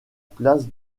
place